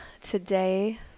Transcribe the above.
today